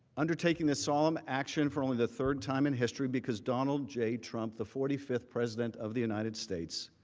undertaking the solemn action for only the third time in history because donald john trump, the forty fifth president of the united states